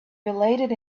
related